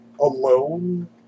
alone